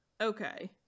okay